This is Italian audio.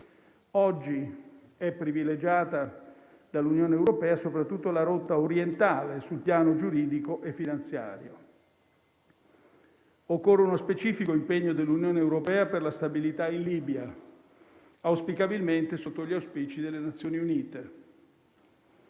Oggi è privilegiata dall'Unione europea soprattutto la rotta orientale sul piano giuridico e finanziario. Occorre uno specifico impegno dell'Unione europea per la stabilità in Libia, auspicabilmente sotto gli auspici delle Nazioni Unite.